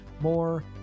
more